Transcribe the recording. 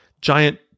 giant